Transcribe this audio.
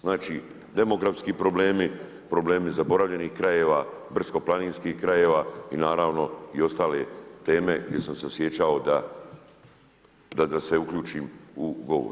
Znači, demografski problemi, problemi zaboravljeni krajeva, brdsko-planinskih krajeva i naravno i ostale teme gdje sam se osjećao da se uključim u govor.